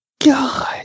god